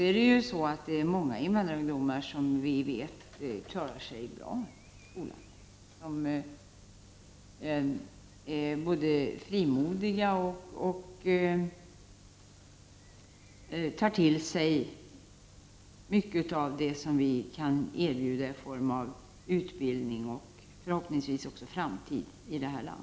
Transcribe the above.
Samtidigt vet vi att många invandrarungdomar klarar sig bra och är både frimodiga och tar till sig mycket av det som vi i Sverige kan erbjuda i form av utbildning och förhoppningsvis också framtid.